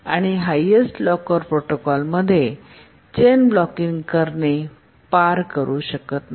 आणि highest locker प्रोटोकॉलमध्ये chain ब्लॉकिंगकरणे पार करू शकत नाही